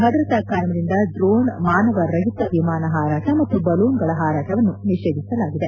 ಭದ್ರತಾ ಕಾರಣದಿಂದ ಡ್ರೋಣ್ ಮಾನವ ರಹಿತ ವಿಮಾನ ಪಾರಾಟ ಮತ್ತು ಬಲೂನುಗಳ ಪಾರಾಟವನ್ನು ನಿಷೇಧಿಸಲಾಗಿದೆ